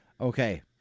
Okay